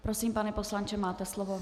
Prosím, pane poslanče, máte slovo.